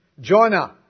Jonah